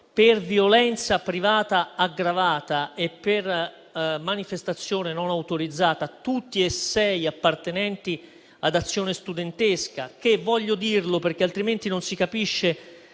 per violenza privata aggravata e per manifestazione non autorizzata, tutti e sei appartenenti ad Azione studentesca. Voglio soffermarmi su un aspetto, altrimenti non si capisce